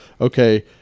okay